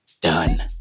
done